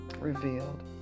revealed